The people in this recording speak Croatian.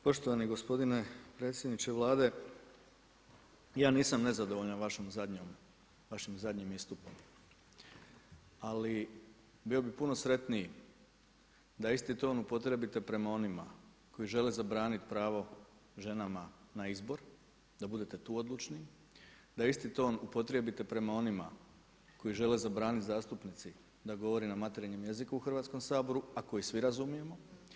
Poštovani gospodine predsjedniče Vlade, ja nisam nezadovoljan vašim zadnjim istupom, ali bio bih puno sretniji da isti ton upotrijebite prema onima koji žele zabranit pravo ženama na izbor, da budete tu odlučni, da isti ton upotrijebite prema onima koji žele zabranit zastupnici da govori na materinjem jeziku u Hrvatskom saboru, a koji svi razumijemo.